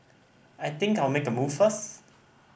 I think I'll make a move first